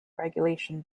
regulation